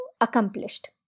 accomplished